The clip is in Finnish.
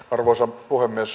arvoisa puhemies